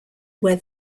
where